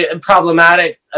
problematic